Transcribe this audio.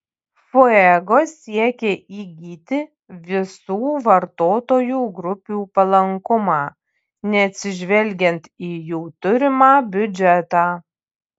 fuego siekė įgyti visų vartotojų grupių palankumą neatsižvelgiant į jų turimą biudžetą